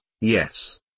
yes